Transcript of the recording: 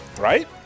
Right